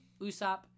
Usopp